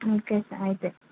okay అయితే